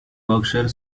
berkshire